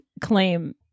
claim